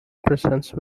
presence